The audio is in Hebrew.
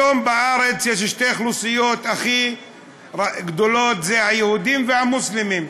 היום בארץ יש שתי אוכלוסיות הכי גדולות: היהודים והמוסלמים.